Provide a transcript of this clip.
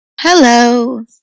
Hello